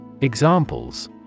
Examples